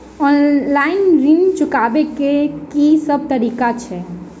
Online ऋण चुकाबै केँ की सब तरीका अछि?